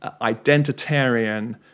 identitarian